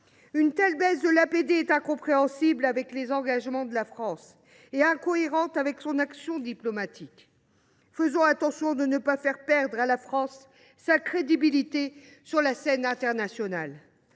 Une telle baisse de l’APD est incompatible avec les engagements de la France et avec son action diplomatique. Gardons nous de faire perdre à la France sa crédibilité sur la scène internationale